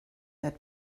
that